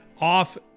off